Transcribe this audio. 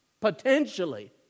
potentially